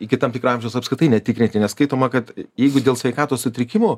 iki tam tikro amžiaus apskritai netikrinti nes skaitoma kad jeigu dėl sveikatos sutrikimų